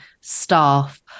staff